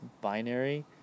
binary